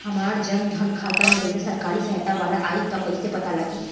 हमार जन धन खाता मे पईसा सरकारी सहायता वाला आई त कइसे पता लागी?